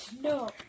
No